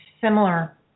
similar